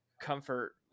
comfort